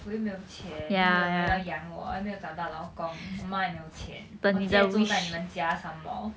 我又没有钱又没有人要养我还没有找到老公我妈也没有钱我借住在你们家 some more